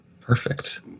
Perfect